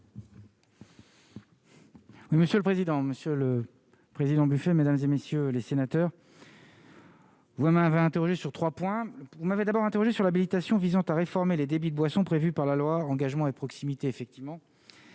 monsieur le président, Monsieur le Président, buffet, mesdames et messieurs les sénateurs. Sur 3 points : vous m'avez d'abord interrogé sur la méditation visant à réformer les débits de boisson, prévue par la loi, engagement et proximité effectivement